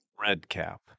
Redcap